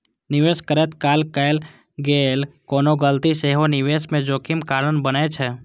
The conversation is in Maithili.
निवेश करैत काल कैल गेल कोनो गलती सेहो निवेश मे जोखिम कारण बनै छै